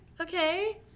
okay